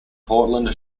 portland